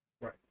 Right